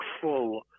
full